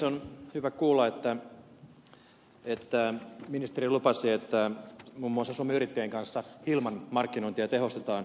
on hyvä kuulla että ministeri lupasi että muun muassa suomen yrittäjien kanssa hilman markkinointia tehostetaan